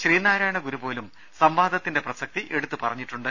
ശ്രീനാരായണഗുരു പോലും സംവാദത്തിന്റെ പ്രസക്തി എടുത്തു പറഞ്ഞിട്ടുണ്ട്